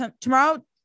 Tomorrow